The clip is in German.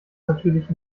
natürlich